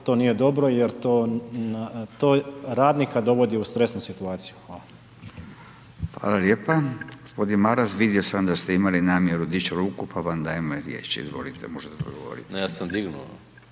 to nije dobro jer to radnika dovodi u stresnu situaciju. Hvala. **Radin, Furio (Nezavisni)** Hvala lijepa. Gospodin Maras vidio sam da ste imali namjeru dići ruku, pa vam dajem riječ. Izvolite, možete odgovoriti. **Maras, Gordan